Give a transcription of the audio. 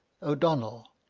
o'donnel,